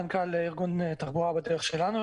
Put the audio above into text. מנכ"ל ארגון תחבורה בדרך שלנו,